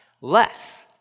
less